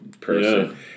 person